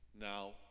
now